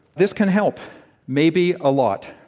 this can help maybe a lot,